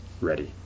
ready